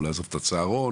או לעזוב את הצהרון,